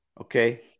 Okay